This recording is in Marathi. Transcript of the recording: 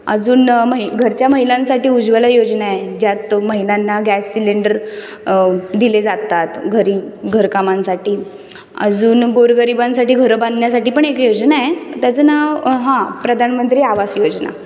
अजून मही घरच्या महिलांसाठी उज्वला योजना आहे ज्यात महिलांना गॅस सिलेंडर दिले जातात घरी घर कामांसाठी अजून गोरगरिबांसाठी घर बांधण्यासाठी पण एक योजना आहे त्याच नाव हां प्रधानमंत्री आवास योजना